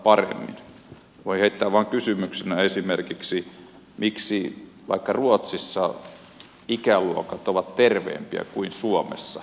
voi heittää vain kysymyksenä miksi vaikka esimerkiksi ruotsissa ikäluokat ovat terveempiä kuin suomessa